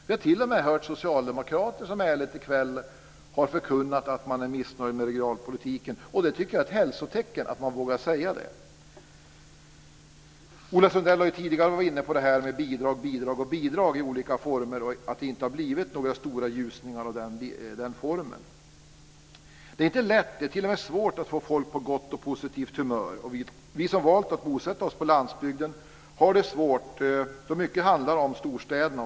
Vi har t.o.m. hört socialdemokrater som i kväll har förkunnat att man är missnöjd med regionalpolitiken. Och jag tycker att det är ett hälsotecken att man vågar säga det. Ola Sundell har tidigare varit inne på det här med bidrag, bidrag och bidrag i olika former och att det inte har blivit några stora ljusningar av den formen. Det är inte lätt, det är t.o.m. svårt, att få folk på gott och positivt humör. Vi som valt att bosätta oss på landsbygden har det svårt då mycket handlar om storstäderna.